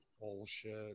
Bullshit